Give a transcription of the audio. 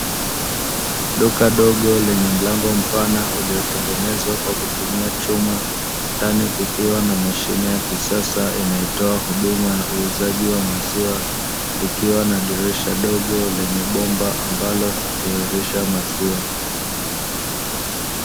Duka dogo lenye mlango mpana uliotengenezwa kwa kutumia chuma, ndani kukiwa na mashine ya kisasa inayotoa huduma ya uuzaji wa maziwa; ikiwa na dirisha dogo lenye bomba ambalo hutiririsha maziwa.